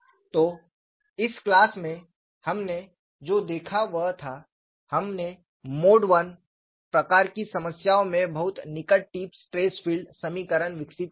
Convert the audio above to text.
तो इस क्लास में हमने जो देखा वह था हमने मोड I प्रकार की समस्याओं में बहुत निकट टिप स्ट्रेस फील्ड समीकरण विकसित किया हैं